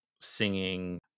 singing